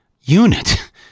unit